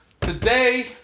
today